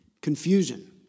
Confusion